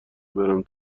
برم